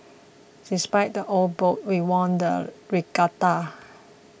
despite the old boat we won the regatta